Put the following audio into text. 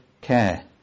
care